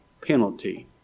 penalty